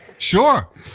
sure